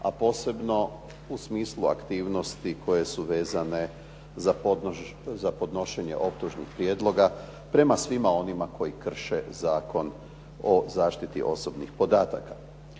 a posebno u smislu aktivnosti koje su vezane za podnošenje optužnih prijedloga prema svima onima koji krše Zakon o zaštiti osobnih podataka.